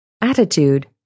Attitude